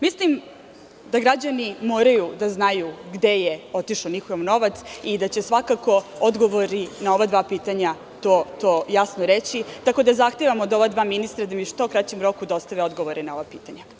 Mislim da građani moraju da znaju gde je otišao njihov novac i da će svakako odgovori na ova dva pitanja to jasno reći, tako da zahtevam od ova dva ministra da mi u što kraćem roku dostave odgovore na ova pitanja.